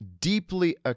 deeply